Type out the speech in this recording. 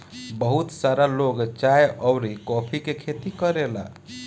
बहुत सारा लोग चाय अउरी कॉफ़ी के खेती करेला